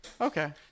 Okay